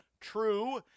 true